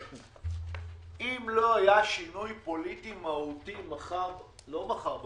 אם לא היה שינוי פוליטי מהותי שלשום,